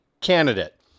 candidate